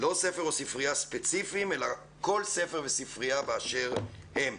לא ספר או ספרייה ספציפיים אלא כל ספר וספרייה באשר הם.